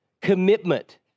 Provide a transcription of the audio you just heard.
Commitment